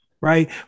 right